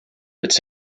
its